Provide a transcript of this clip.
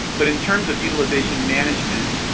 but in terms of utilization management,